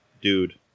dude